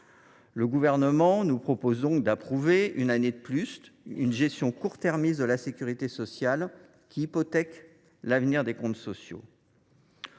Le Gouvernement nous propose d’approuver, pour une année de plus, une gestion court termiste de la sécurité sociale qui hypothèque l’avenir des comptes sociaux.